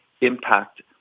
impact